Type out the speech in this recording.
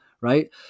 right